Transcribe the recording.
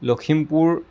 Lakhimpur